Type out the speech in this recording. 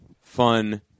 fun